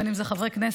בין אם זה חברי כנסת: